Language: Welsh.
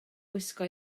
gwisgo